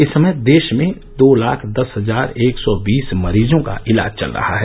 इस समय देश में दो लाख दस हजार एक सौ वीस मरीजों का इलाज चल रहा है